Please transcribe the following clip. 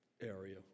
area